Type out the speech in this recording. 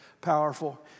powerful